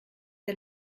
der